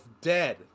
dead